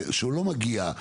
שלא מגיע.